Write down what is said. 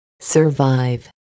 Survive